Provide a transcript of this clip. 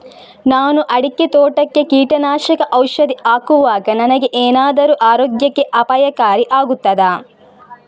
ನಾನು ಅಡಿಕೆ ತೋಟಕ್ಕೆ ಕೀಟನಾಶಕ ಔಷಧಿ ಹಾಕುವಾಗ ನನಗೆ ಏನಾದರೂ ಆರೋಗ್ಯಕ್ಕೆ ಅಪಾಯಕಾರಿ ಆಗುತ್ತದಾ?